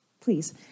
Please